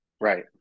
Right